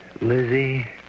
Lizzie